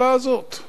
עיר בירה,